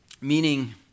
Meaning